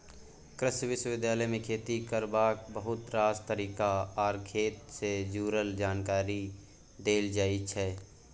कृषि विश्वविद्यालय मे खेती करबाक बहुत रास तरीका आर खेत सँ जुरल जानकारी देल जाइ छै